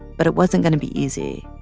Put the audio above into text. but it wasn't going to be easy.